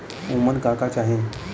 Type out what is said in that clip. उमन का का चाही?